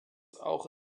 auch